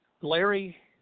Larry